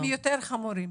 הם יותר חמורים.